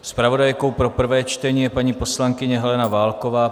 Zpravodajkou pro prvé čtení je paní poslankyně Helena Válková.